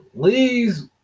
Please